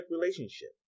relationship